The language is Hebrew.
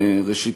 ראשית,